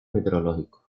meteorológicos